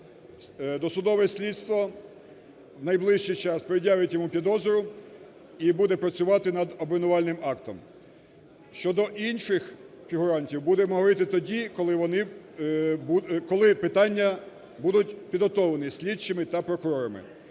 Досудове слідство в найближчий час пред'явить йому підозру і буде працювати над обвинувальним актом. Щодо інших фігурантів, будемо говорити тоді, коли питання будуть підготовлені слідчими та прокурорами.